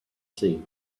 seen